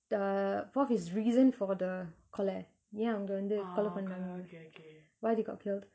the fourth is reason for the கொல யே அவங்க வந்து கொல பன்னாங்க:kola ye avanga vanthu pannanga why they go kill